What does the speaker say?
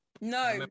no